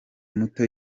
muto